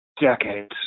decades